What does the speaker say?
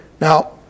Now